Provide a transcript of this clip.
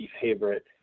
favorite